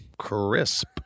Crisp